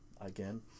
Again